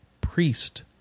priest